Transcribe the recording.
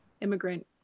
immigrant